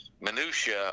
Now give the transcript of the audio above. minutiae